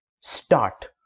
start